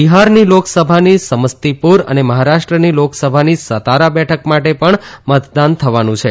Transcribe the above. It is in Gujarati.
બિહારની લોકસભાની સમસ્તીપુર તથા મહારાષ્ટ્રની લોકસભાની સાતારા બેઠક માટે મતદાન થવાનું છે